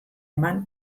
eman